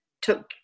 took